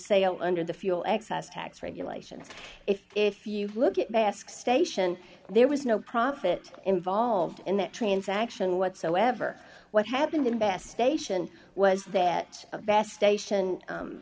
sale under the fuel excise tax regulations if you look at basque station there was no profit involved in that transaction whatsoever what happened in best station was that the best station